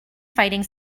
fighting